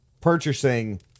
purchasing